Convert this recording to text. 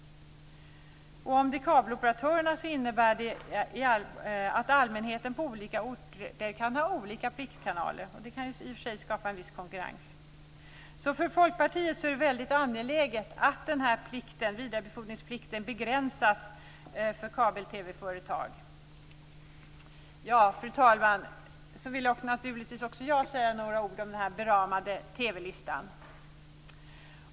Om det handlar om kabeloperatörerna innebär det att allmänheten på olika orter kan ha olika pliktkanaler, vilket i och för sig kan skapa viss konkurrens. För oss i Folkpartiet är det således väldigt angeläget att vidarebefordringsplikten begränsas för kabel-TV Fru talman! Också jag vill säga några ord om den beramade TV-listan.